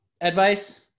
advice